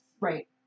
Right